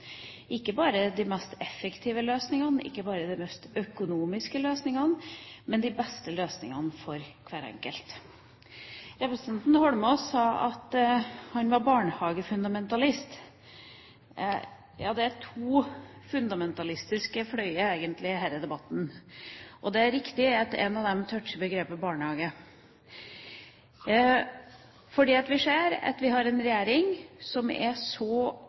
ikke bare de mest effektive løsningene, ikke bare de mest økonomiske løsningene, men de beste løsningene for hver enkelt. Representanten Holmås sa at han er barnehagefundamentalist. Ja, det er egentlig to fundamentlistiske fløyer i denne debatten. Det er riktig at en av dem toucher begrepet «barnehage». Vi ser at vi har en regjering som er